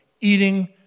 eating